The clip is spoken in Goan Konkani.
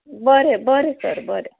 बरें बरें सर बरें